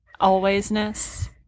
alwaysness